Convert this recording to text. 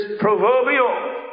proverbial